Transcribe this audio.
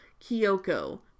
Kyoko